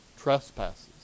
trespasses